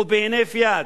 ובהינף יד.